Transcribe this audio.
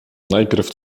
najpierw